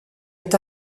est